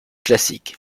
classique